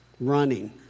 Running